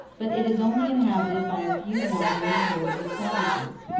but it is only inhabited by a few wandering hordes of savages.